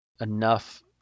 enough